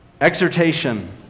exhortation